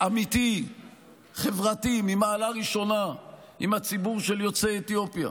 אמיתי וחברתי ממעלה ראשונה עם הציבור של יוצאי אתיופיה,